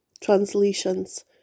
translations